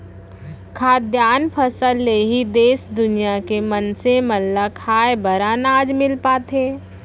खाद्यान फसल ले ही देस दुनिया के मनसे मन ल खाए बर अनाज मिल पाथे